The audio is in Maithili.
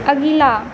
अगिला